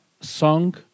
Song